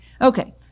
Okay